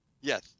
Yes